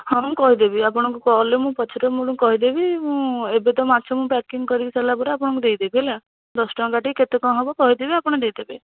ହଁ ମୁଁ କହିଦେବି ଆପଣଙ୍କୁ କଲ୍ରେ ମୁଁ ପଛରେ ମୁଁ କହିଦେବି ମୁଁ ଏବେ ତ ମାଛ ମୁଁ ପ୍ୟାକିଂ କରିସାରିଲା ପରେ ଆପଣଙ୍କୁ ଦେଇଦେବି ହେଲା ଦଶ ଟଙ୍କା କାଟିକି କେତେ କ'ଣ ହେବ କହିଦେବି ଆପଣ ଦେଇଦେବେ